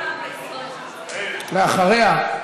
ואחריה,